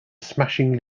smashing